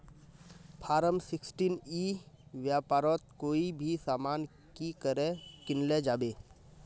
Form sixteen ई व्यापारोत कोई भी सामान की करे किनले जाबे?